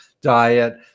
diet